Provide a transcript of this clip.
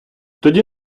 тоді